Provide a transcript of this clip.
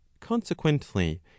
consequently